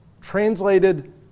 Translated